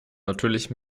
natürlich